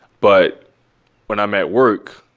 but when i'm at work,